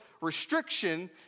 restriction